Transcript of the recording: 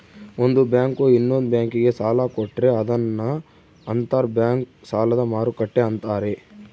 ಒಂದು ಬ್ಯಾಂಕು ಇನ್ನೊಂದ್ ಬ್ಯಾಂಕಿಗೆ ಸಾಲ ಕೊಟ್ರೆ ಅದನ್ನ ಅಂತರ್ ಬ್ಯಾಂಕ್ ಸಾಲದ ಮರುಕ್ಕಟ್ಟೆ ಅಂತಾರೆ